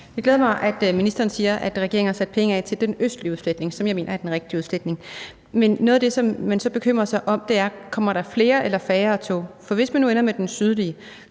Det glæder mig, at ministeren siger, at regeringen har sat penge af til den østlige udfletning, som jeg mener er den rigtige udfletning. Men noget af det, som man så bekymrer sig om, er, om der kommer flere eller færre tog. For hvis man nu ender med den sydlige,